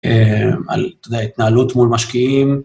על התנהלות מול משקיעים.